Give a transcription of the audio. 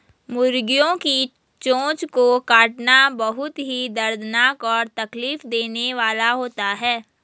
मुर्गियों की चोंच को काटना बहुत ही दर्दनाक और तकलीफ देने वाला होता है